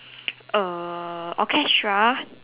uh orchestra